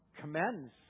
commends